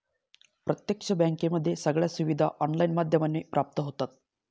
प्रत्यक्ष बँकेमध्ये सगळ्या सुविधा ऑनलाईन माध्यमाने प्राप्त होतात